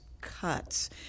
cuts